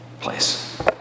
place